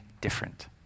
different